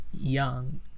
young